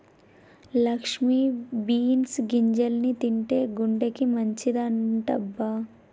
Lakshmi beans గింజల్ని తింటే గుండెకి మంచిదంటబ్బ